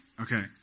Okay